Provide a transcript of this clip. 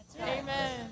Amen